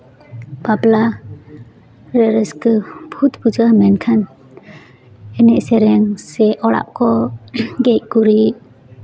ᱵᱟᱯᱞᱟ ᱨᱮ ᱨᱟᱹᱥᱠᱟᱹ ᱠᱷᱩᱫᱽ ᱵᱩᱡᱷᱟᱹᱜᱼᱟ ᱢᱮᱱᱠᱷᱟᱱ ᱮᱱᱮᱡ ᱥᱮᱨᱮᱧ ᱥᱮ ᱚᱲᱟᱜ ᱠᱚ ᱜᱮᱡ ᱜᱩᱨᱤᱡ